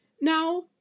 now